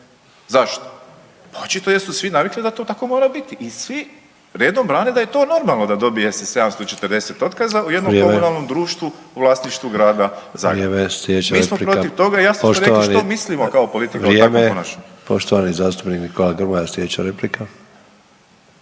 Zašto? Pa očito jer su svi navikli da to tako mora biti i svi redom brane da je normalo da dobije se 740 otkaza u jednom komunalnom društvu u vlasništvu Grada Zagreba. Mi smo protiv toga i ja sam rekao što mislimo kao politika o takvom ponašanju. **Sanader, Ante (HDZ)** Vrijeme. Slijedeća replika